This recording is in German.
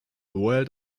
world